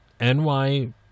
NY